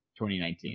2019